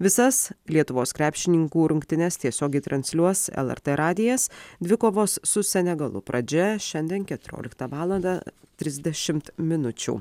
visas lietuvos krepšininkų rungtynes tiesiogiai transliuos lrt radijas dvikovos su senegalu pradžia šiandien keturioliktą valandą trisdešimt minučių